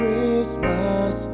Christmas